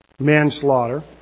manslaughter